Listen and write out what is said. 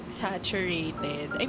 saturated